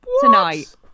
tonight